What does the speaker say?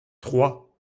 trois